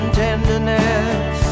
tenderness